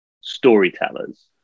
storytellers